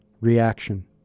reaction